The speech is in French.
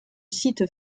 site